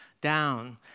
down